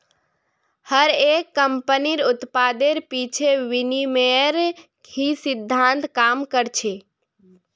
हर एक कम्पनीर उत्पादेर पीछे विनिमयेर ही सिद्धान्त काम कर छे